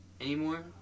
anymore